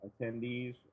attendees